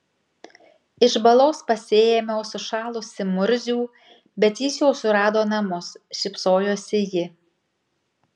iš balos pasiėmiau sušalusį murzių bet jis jau surado namus šypsojosi ji